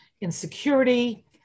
insecurity